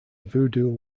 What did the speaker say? voodoo